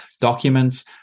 documents